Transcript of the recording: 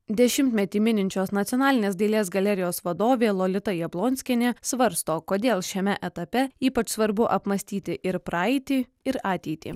dešimtmetį mininčios nacionalinės dailės galerijos vadovė lolita jablonskienė svarsto kodėl šiame etape ypač svarbu apmąstyti ir praeitį ir ateitį